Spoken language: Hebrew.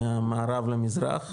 ממערב למזרח,